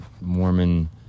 Mormon